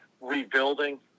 rebuilding